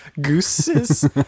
gooses